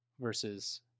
versus